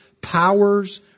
powers